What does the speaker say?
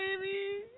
baby